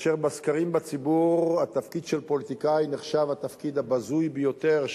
כאשר בסקרים בציבור התפקיד של פוליטיקאי נחשב התפקיד הבזוי ביותר,